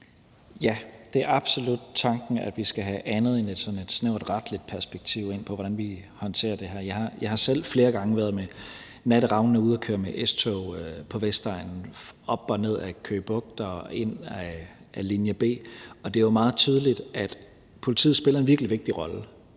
Ja, det er absolut tanken, at vi skal have andet end et snævert retligt perspektiv på, hvordan vi håndterer det her. Jeg har selv flere gange været ude med Natteravnene og køre med S-tog på Vestegnen, op og ned ad Køge Bugt og ind med linje B, og det er jo meget tydeligt, at politiet spiller en virkelig vigtig rolle